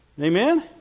Amen